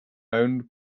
owned